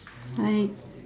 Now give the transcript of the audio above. hi